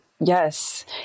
yes